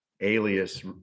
Alias